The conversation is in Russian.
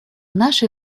нашей